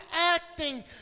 acting